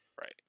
right